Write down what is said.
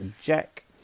Jack